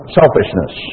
selfishness